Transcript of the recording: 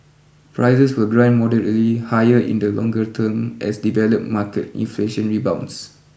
prices will grind moderately higher in the longer term as develop market inflation rebounds